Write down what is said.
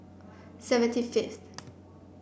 seventy fifth